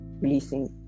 releasing